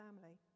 family